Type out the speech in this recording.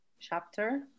chapter